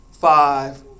five